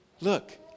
look